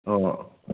ꯑꯣ